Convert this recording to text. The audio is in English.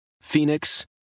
Phoenix